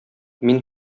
мин